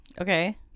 Okay